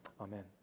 Amen